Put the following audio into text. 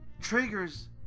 triggers